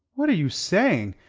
what are you saying?